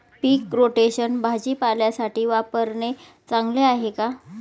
पीक rotation भाजीपाल्यासाठी वापरणे चांगले आहे का?